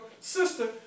sister